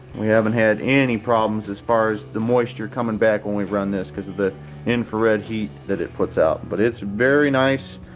we haven't had any problems as far as the moisture coming back when we've run this cause of the infrared heat that it puts out. but it's very nice.